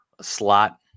slot